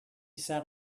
sat